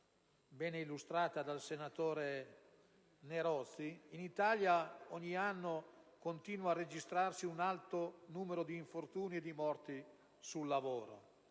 ben illustrata dal senatore Nerozzi, in Italia ogni anno continua a registrarsi un alto numero di infortuni e di morti sul lavoro.